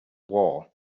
war